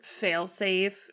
failsafe